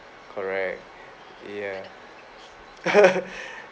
correct ya